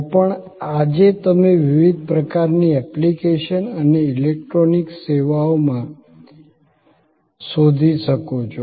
તો પણ આજે તમે વિવિધ પ્રકારની એપ્લિકેશન અને ઇલેક્ટ્રોનિક સેવાઓમાં શોધી શકો છો